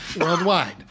worldwide